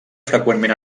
freqüentment